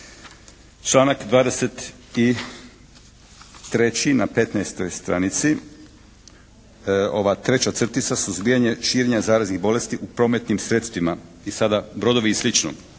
Članak 23. na 15. stranici. Ova treće crtica, suzbijanje širenja zaraznih bolesti u prometnim sredstvima. I sada brodovi i